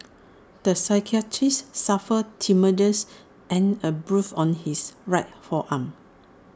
the psychiatrist suffered tenderness and A bruise on his right forearm